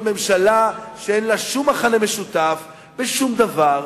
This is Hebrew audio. ממשלה שאין לה שום מכנה משותף בשום דבר,